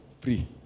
Free